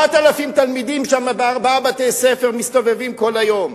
4,000 תלמידים שם בארבעה בתי-ספר מסתובבים כל היום.